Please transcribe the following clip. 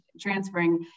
transferring